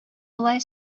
болай